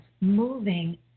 moving